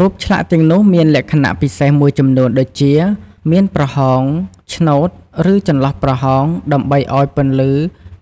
រូបឆ្លាក់ទាំងនោះមានលក្ខណៈពិសេសមួយចំនួនដូចជា មានប្រហោង ឆ្នូត ឬចន្លោះប្រហោងដើម្បីឲ្យពន្លឺ